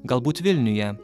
galbūt vilniuje